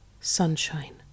Sunshine